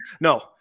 No